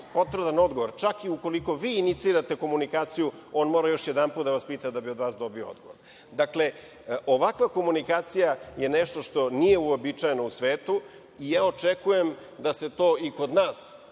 potvrdan odgovor, čak i ukoliko vi inicirate komunikaciju, on mora još jedanput da vas pita, da bi od vas dobio odgovor. Dakle, ovakva komunikacija je nešto što nije uobičajeno u svetu, i očekujem da se to i kod nas,